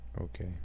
Okay